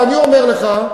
ואני אומר לך,